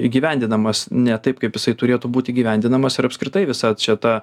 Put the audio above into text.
įgyvendinamas ne taip kaip jisai turėtų būt įgyvendinamas ir apskritai visa čia ta